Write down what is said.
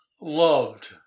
loved